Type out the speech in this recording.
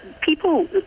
People